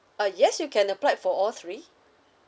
ah yes you can applied for all three